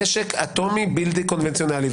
נשק אטומי בלתי קונבנציונאלי.